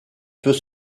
peut